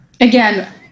again